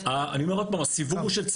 אני אומר עוד פעם, הסיווג הוא של צה"ל.